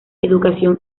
educación